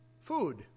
food